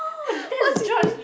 what's his name